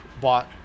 bought